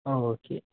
ആ ഓക്കെ